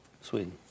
Sweden